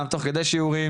גם תוך כדי שיעורים,